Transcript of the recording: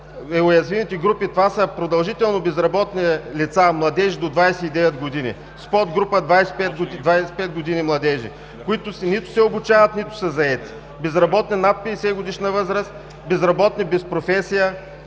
Уязвимите групи са продължително безработни лица – младежи до 29 години, с подгрупа 25-годишни младежи, които нито се обучават, нито са заети. Безработни над 50-годишна възраст, безработни без професия,